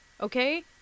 Okay